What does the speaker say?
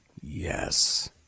Yes